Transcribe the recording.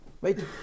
wait